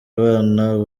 abana